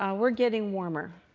ah we're getting warmer.